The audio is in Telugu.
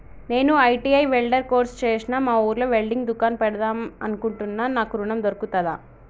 నేను ఐ.టి.ఐ వెల్డర్ కోర్సు చేశ్న మా ఊర్లో వెల్డింగ్ దుకాన్ పెడదాం అనుకుంటున్నా నాకు ఋణం దొర్కుతదా?